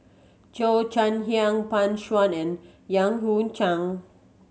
Cheo Chai Hiang Pan Shou and Yan Hui Chang